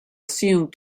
assumed